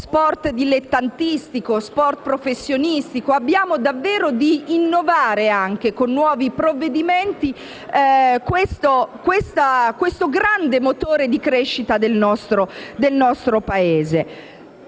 sport dilettantistico e lo sport professionistico. Intendiamo davvero innovare con nuovi provvedimenti questo grande motore di crescita del nostro Paese.